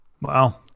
Wow